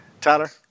Tyler